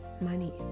money